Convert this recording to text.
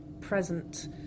present